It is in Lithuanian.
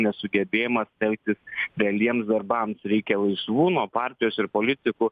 nesugebėjimas telktis realiems darbams reikia laisvų nuo partijos ir politikų